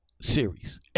series